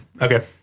Okay